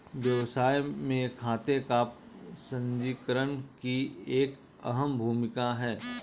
व्यवसाय में खाते का संचीकरण की एक अहम भूमिका है